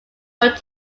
radio